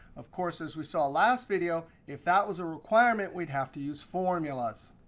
of course, as we saw last video, if that was a requirement, we'd have to use formulas.